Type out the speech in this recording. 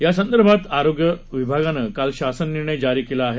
यासंदर्भात आरोग्य विभागानं काल शासन निर्णय जारी केला आहे